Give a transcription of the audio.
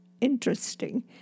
interesting